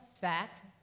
fact